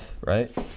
right